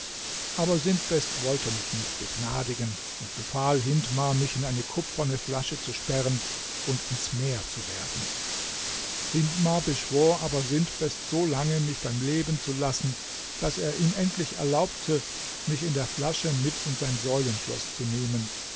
aber sintbest wollte mich nicht begnadigen und befahl hindmar mich in eine kupferne flasche zu sperren und ins meer zu werfen hindmar beschwor aber sintbest so lange mich beim leben zu lassen daß er ihm endlich erlaubte mich in der flasche mit in sein säulenschloß zu nehmen